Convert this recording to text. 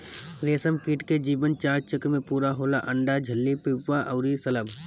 रेशमकीट के जीवन चार चक्र में पूरा होला अंडा, इल्ली, प्यूपा अउरी शलभ